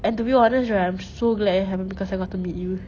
and to be honest right I'm so glad it happened because I got to meet you